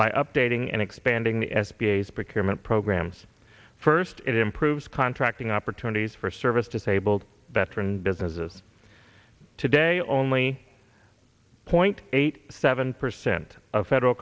by updating and expanding the s b a as procurement programs first it improves contracting opportunities for service disabled veteran businesses today only point eight seven percent of federal